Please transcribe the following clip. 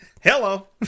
Hello